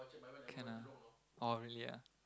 can lah oh really ah